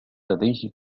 لديه